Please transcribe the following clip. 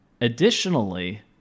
Additionally